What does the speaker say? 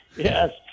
Yes